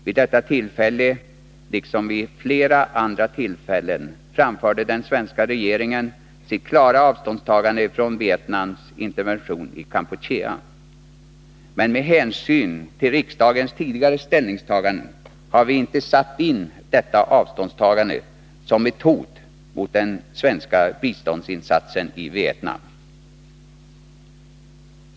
Vid detta tillfälle, liksom vid flera andra tillfällen, framförde den svenska regeringen sitt klara avståndstagande från Vietnams intervention i Kampuchea. Med hänsyn till riksdagens tidigare ställningstaganden har vi inte betraktat detta avståndstagande som ett hot mot den svenska biståndsinsatsen i Vietnam.